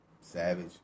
Savage